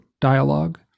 dialogue